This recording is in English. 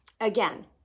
again